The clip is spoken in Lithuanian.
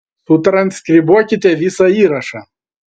sutranskribuokite visą įrašą